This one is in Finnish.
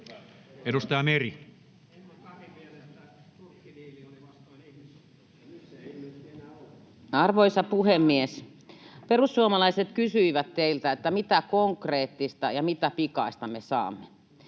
Content: Arvoisa puhemies! Perussuomalaiset kysyivät teiltä, mitä konkreettista ja mitä pikaista me saamme.